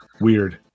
Weird